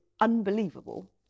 unbelievable